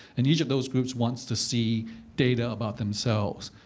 and each of those groups wants to see data about themselves.